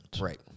Right